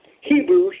Hebrews